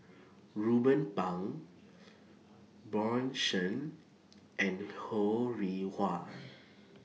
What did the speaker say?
Ruben Pang Bjorn Shen and Ho Rih Hwa